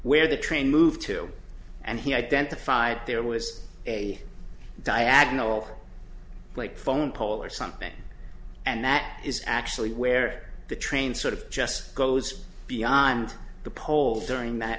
where the train moved to and he identified there was a diagonal plate phone pole or something and that is actually where the train sort of just goes beyond the pole during that